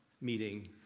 meeting